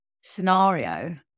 scenario